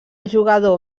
jugador